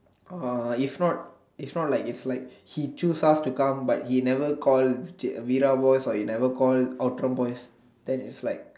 uh if not if not like it's like he choose us to come but he never call Veera boys or he never call Outram boys then it's like